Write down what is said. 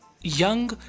young